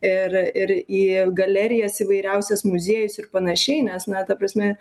ir ir į galerijas įvairiausias muziejus ir panašiai nes na ta prasme